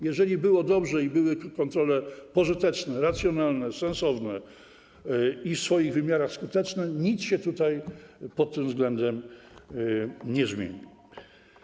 Jeżeli było dobrze i były tu kontrole pożyteczne, racjonalne, sensowne i w swoich wymiarach skuteczne, nic się tutaj pod tym względem nie zmieni.